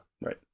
right